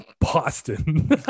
Boston